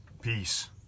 peace